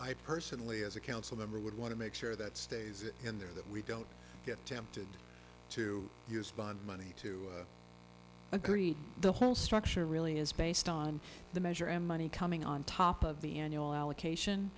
i personally as a council member would want to make sure that stays it in there that we don't get tempted to use bond money to agree the whole structure really is based on the measure and money coming on top of the annual allocation